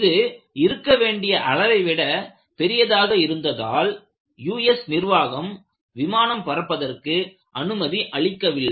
இது இருக்க வேண்டிய அளவை விட பெரியதாக இருந்ததால் US நிர்வாகம் விமானம் பறப்பதற்கு அனுமதி அளிக்கவில்லை